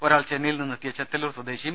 ഒരാൾ ചെന്നൈയിൽ നിന്നെത്തിയ ചെത്തല്ലൂർ സ്വദേശിയും